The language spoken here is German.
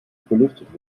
belüftet